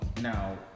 Now